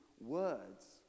words